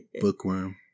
Bookworm